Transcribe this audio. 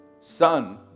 son